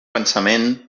pensament